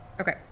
Okay